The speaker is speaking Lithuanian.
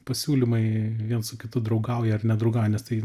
pasiūlymai viens su kitu draugauja ar nedraugauja nes tai